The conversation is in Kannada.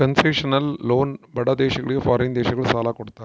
ಕನ್ಸೇಷನಲ್ ಲೋನ್ ಬಡ ದೇಶಗಳಿಗೆ ಫಾರಿನ್ ದೇಶಗಳು ಸಾಲ ಕೊಡ್ತಾರ